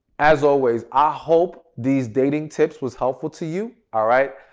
as always i hope these dating tips was helpful to you, all right.